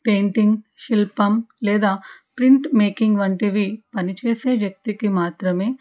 painting శిల్పం లేదా print making వంటివి పనిచేసే వ్యక్తికి మాత్రమే